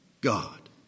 God